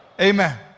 Amen